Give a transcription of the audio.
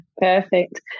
perfect